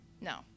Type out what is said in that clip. no